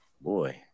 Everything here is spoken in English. Boy